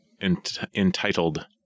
entitled